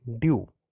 Due